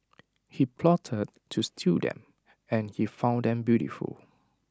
he plotted to steal them and he found them beautiful